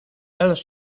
elles